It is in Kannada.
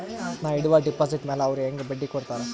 ನಾ ಇಡುವ ಡೆಪಾಜಿಟ್ ಮ್ಯಾಲ ಅವ್ರು ಹೆಂಗ ಬಡ್ಡಿ ಕೊಡುತ್ತಾರ?